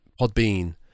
Podbean